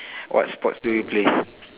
what sports do you play